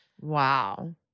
wow